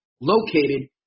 located